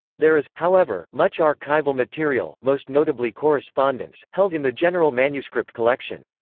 there is, however, much archival material, most notably correspondence, held in the general manuscript collection.